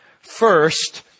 first